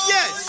Yes